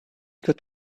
could